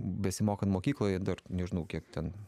besimokant mokykloj dar nežinau kiek ten